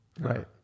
Right